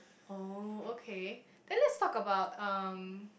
oh okay then let's talk about um